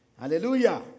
Hallelujah